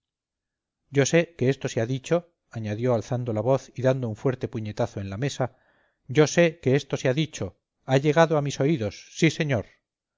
yo sé que esto se ha dicho añadió alzando la voz y dando un fuerte puñetazo en la mesa yo sé que esto se ha dicho ha llegado a mis oídos sí señor